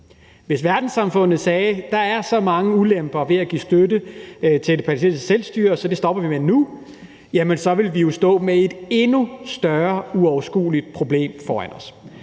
hvis verdenssamfundet sagde: Der er så mange ulemper ved at give støtte til det palæstinensiske selvstyre, at det stopper vi med nu – så ville vi stå med et endnu større, uoverskueligt problem foran os.